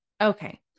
Okay